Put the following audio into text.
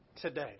today